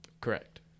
Correct